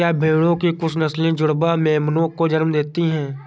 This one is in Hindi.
क्या भेड़ों की कुछ नस्लें जुड़वा मेमनों को जन्म देती हैं?